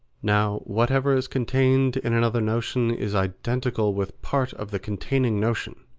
now whatever is contained in another notion is identical with part of the containing notion,